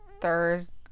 thursday